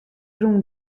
rûn